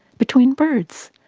between birds,